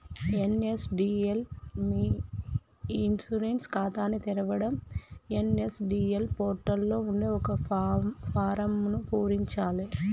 NSDL మీ e insurance ఖాతాని తెరవడం ఎన్.ఎస్.డి.ఎల్ పోర్టల్ లో ఉండే ఒక ఫారమ్ను పూరించాలే